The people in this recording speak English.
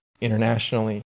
internationally